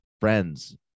friends